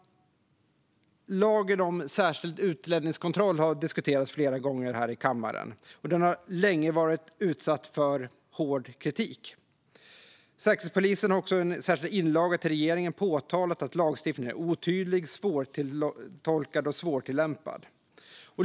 Lagen om särskild utlänningskontroll har diskuterats flera gånger här i kammaren, och den har länge varit utsatt för hård kritik. Säkerhetspolisen har också i en särskild inlaga till regeringen påtalat att lagstiftningen är otydlig, svårtolkad och svårtillämpad.